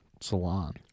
salon